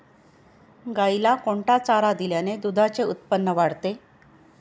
गाईला कोणता चारा दिल्याने दुधाचे उत्पन्न वाढते?